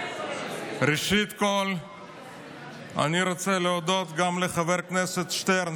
ראשית כול אני רוצה להודות לחבר הכנסת שטרן,